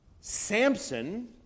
Samson